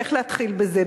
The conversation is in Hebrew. איך להתחיל בזה,